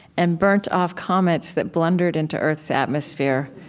and burnt off comets that blundered into earth's atmosphere.